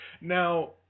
Now